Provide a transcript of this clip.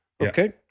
Okay